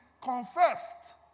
confessed